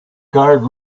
guard